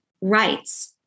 rights